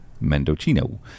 Mendocino